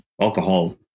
alcohol